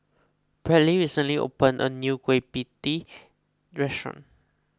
Bradley recently opened a new Kueh Pie Tee restaurant